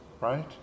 right